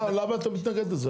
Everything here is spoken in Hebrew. מה, למה אתה מתנגד לזה?